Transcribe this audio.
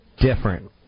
different